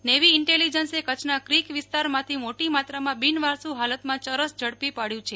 navy ઇન્ટેલિજન્સે કચ્છ ના creek વિસ્તાર માંથી મોટી માત્રા માં બિનવારસુ હાલત માં ચરસ ઝડપી પાડ્યુ છે